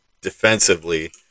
defensively